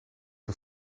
een